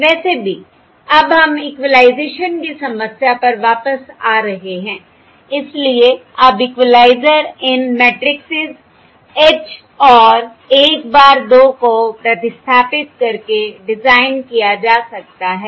वैसे भी अब हम इक्विलाइजेशन की समस्या पर वापस आ रहे हैं इसलिए अब इक्वलाइज़र इन मैट्रिक्सिस H और 1 bar 2 को प्रतिस्थापित करके डिज़ाइन किया जा सकता है